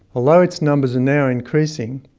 although its numbers are now increasing,